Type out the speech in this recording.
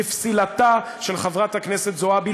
על פסילתה של חברת הכנסת זועבי.